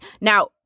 Now